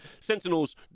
sentinels